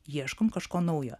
ieškom kažko naujo